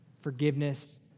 forgiveness